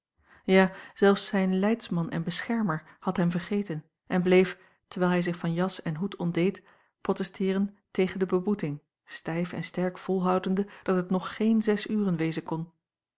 ja zelfs zijn leidsman en beschermer had hem vergeten en bleef terwijl hij zich van jas en hoed ontdeed protesteeren tegen de beboeting stijf en sterk volhoudende dat het nog geen zes uren wezen kon